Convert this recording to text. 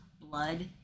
blood